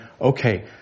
Okay